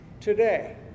today